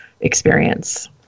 experience